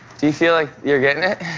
do you feel like you're getting it? oh,